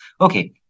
okay